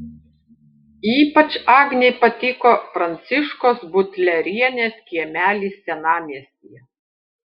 ypač agnei patiko pranciškos butlerienės kiemelis senamiestyje